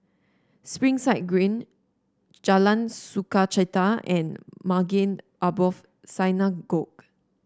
Springside Green Jalan Sukachita and Maghain Aboth Synagogue